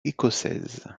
écossaise